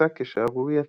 שנתפסה כשערורייתית.